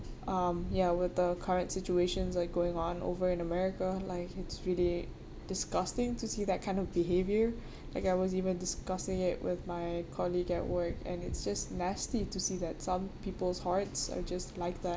um ya with the current situations like going on over in america like it's really disgusting to see that kind of behavior like I was even discussing it with my colleague at work and it's just nasty to see that some people's hearts are just like that